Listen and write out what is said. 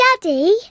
Daddy